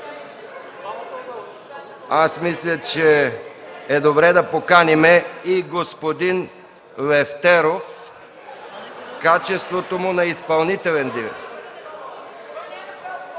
Мисля, че е добре да поканим и господин Лефтеров в качеството му на изпълнителен директор.